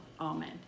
Amen